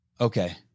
Okay